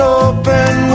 open